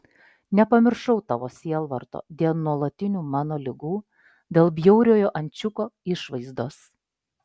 nepamiršau tavo sielvarto dėl nuolatinių mano ligų dėl bjauriojo ančiuko išvaizdos